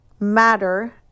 matter